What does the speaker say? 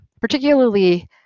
particularly